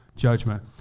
judgment